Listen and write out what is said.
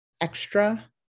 extra